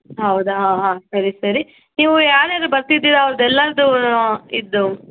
ಹೌದಾ ಹಾಂ ಹಾಂ ಸರಿ ಸರಿ ನೀವು ಯಾರೆಲ್ಲ ಬರ್ತಿದ್ದೀರ ಅವ್ರ್ದೆಲಾರ್ದು ಇದು